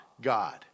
God